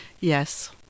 yes